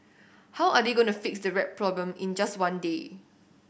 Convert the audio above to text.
how are they going to fix the rat problem in just one day